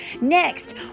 Next